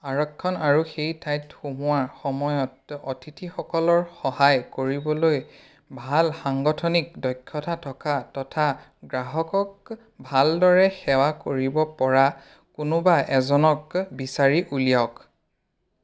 আৰক্ষণ আৰু সেই ঠাইত সোমোৱাৰ সময়ত অতিথিসকলৰ সহায় কৰিবলৈ ভাল সাংগঠনিক দক্ষতা থকা তথা গ্ৰাহকক ভালদৰে সেৱা কৰিব পৰা কোনোবা এজনক বিচাৰি উলিয়াওক